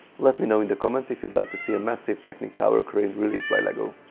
let me know in the comments if you'd like to see a massive technic tower crane release by lego!